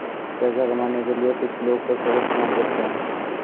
पैसा कमाने के लिए कुछ लोग पशुओं का इस्तेमाल करते हैं